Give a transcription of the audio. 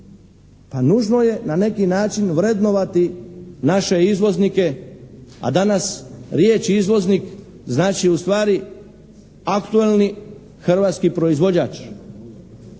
a nužno je na neki način vrednovati naše izvoznike, a danas riječi izvoznik znači ustvari aktuelni hrvatski proizvođač.